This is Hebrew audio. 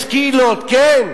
יש קהילות, כן.